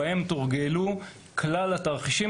באימון תורגלו כלל התרחישים,